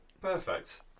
perfect